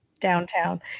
downtown